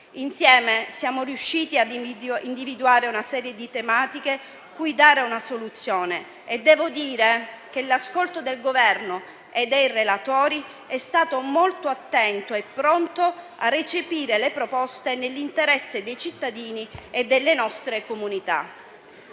Insieme siamo riusciti a individuare una serie di tematiche cui dare una soluzione e devo dire che l'ascolto del Governo e dei relatori è stato molto attento e pronto a recepire le proposte nell'interesse dei cittadini e delle nostre comunità.